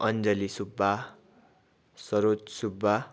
Anjali Subba Saroj Subba